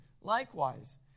likewise